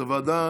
זה ועדה